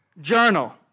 journal